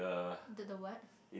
the the what